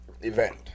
event